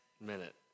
minute